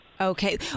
Okay